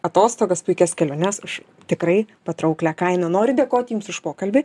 atostogas puikias keliones už tikrai patrauklią kainą noriu dėkoti jums už pokalbį